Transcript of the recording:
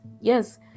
Yes